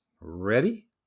Ready